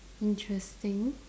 interesting